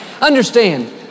Understand